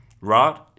right